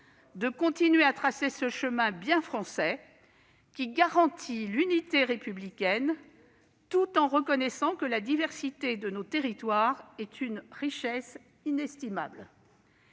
de continuer à tracer ce chemin bien français, qui garantit l'unité républicaine, tout en reconnaissant que la diversité de nos territoires est une richesse inestimable.